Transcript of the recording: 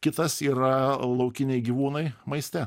kitas yra laukiniai gyvūnai maiste